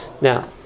Now